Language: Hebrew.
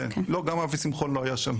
לא, גם אבי שמחון לא היה שם.